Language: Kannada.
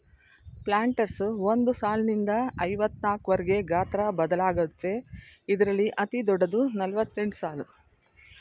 ಪ್ಲಾಂಟರ್ಸ್ ಒಂದ್ ಸಾಲ್ನಿಂದ ಐವತ್ನಾಕ್ವರ್ಗೆ ಗಾತ್ರ ಬದಲಾಗತ್ವೆ ಇದ್ರಲ್ಲಿ ಅತಿದೊಡ್ಡದು ನಲವತ್ತೆಂಟ್ಸಾಲು